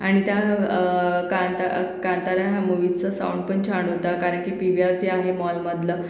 आणि त्या कांता कांतारा मूवीचं साऊंडपण छान होता कारण की पी वी आर जे आहे मॉलमधलं